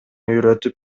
үйрөтүп